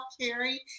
Carrie